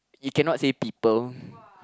you cannot say people